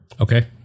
okay